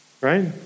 Right